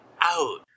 out